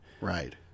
right